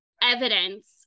Evidence